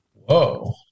Whoa